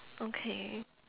okay